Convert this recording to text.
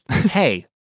Hey